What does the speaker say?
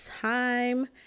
time